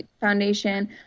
Foundation